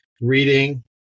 reading